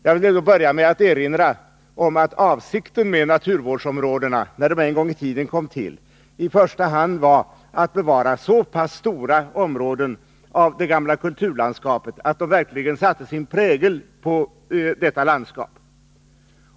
Jag vill då börja med att erinra om att avsikten med naturvårdsområdena, när de en gång i tiden kom till, i första hand var att bevara så pass stora områden av det gamla kulturlandskapet att de verkligen satte sin prägel på omgivningen.